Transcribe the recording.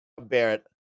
Barrett